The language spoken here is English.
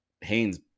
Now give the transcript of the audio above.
Haynes